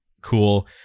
cool